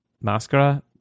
Mascara